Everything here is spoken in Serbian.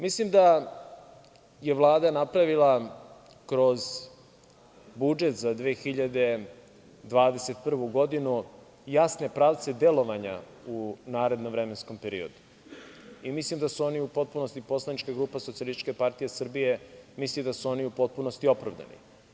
Mislim da je Vlada napravila kroz budžet za 2021. godinu jasne pravce delovanja u narednom vremenskom periodu i poslanička grupa Socijalističke partije Srbije misli da su oni u potpunosti opravdani.